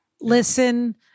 Listen